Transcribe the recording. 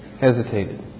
hesitated